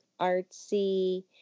artsy